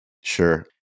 Sure